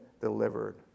delivered